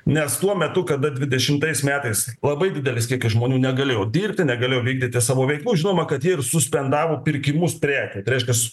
nes tuo metu kada dvidešimtaistais metais labai didelis kiekis žmonių negalėjo dirbti negalėjo vykdyti savo veiklos žinoma kad jie ir suspendavo pirkimus prekių tai reiškias